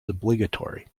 obligatory